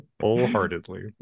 wholeheartedly